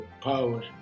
power